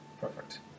Perfect